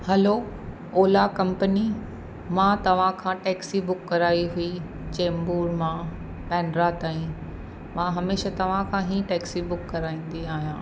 हलो Ola company मां तव्हांखां taxi book कराई हुई चेंबुर मां बैंड्रा ताईं मां हमेशह तव्हांखां ई टैक्सी बुक कराईंदी आहियां